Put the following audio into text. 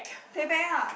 playback ah